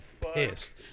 pissed